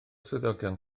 swyddogion